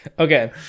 Okay